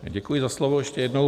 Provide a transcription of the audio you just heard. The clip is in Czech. Děkuji za slovo ještě jednou.